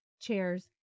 chairs